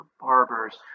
barbers